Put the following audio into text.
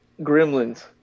Gremlins